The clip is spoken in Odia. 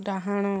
ଡାହାଣ